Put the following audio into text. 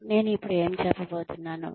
నేను ఇప్పుడు ఏమి చెప్పబోతున్నానో